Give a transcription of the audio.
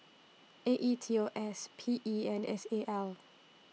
A E T O S P E and S A L